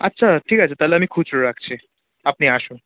আচ্ছা ঠিক আছে তাহলে আমি খুচরো রাখছি আপনি আসুন